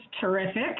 terrific